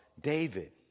David